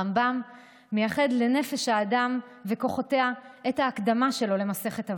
הרמב"ם מייחד לנפש האדם וכוחותיה את ההקדמה שלו למסכת אבות,